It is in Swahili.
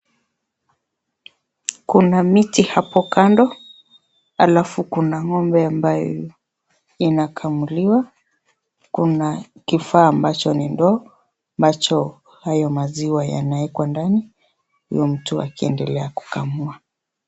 Kuna miti hapo kando ,halafu kuna ngombe ambayo inayokamuliwa .Kuna kifaa ambacho ni ndoo ambacho maziwa hayo yanaekwa ndani huyo mtu akiendelea kukamua.